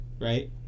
right